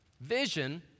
Vision